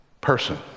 person